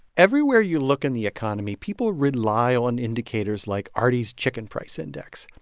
everywhere you look in the economy, people rely on indicators like arty's chicken price index.